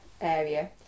area